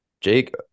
Jake